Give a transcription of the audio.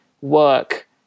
work